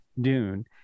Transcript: dune